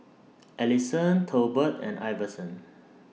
Alisson Tolbert and Iverson